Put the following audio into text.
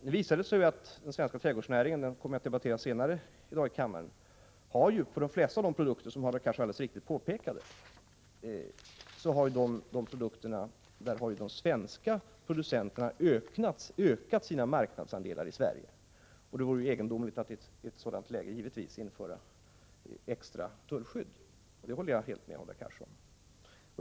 Det har visat sig att producenterna inom den svenska trädgårdsnäringen — som jag kommer att debattera senare i dag i kammaren — har ökat sina marknadsandelar i Sverige i fråga om de flesta produkter, som Hadar Cars alldeles riktigt påpekade. Det vore givetvis egendomligt att i ett såd nt läge införa extra tullskydd. Det håller jag helt med Hadar Cars om.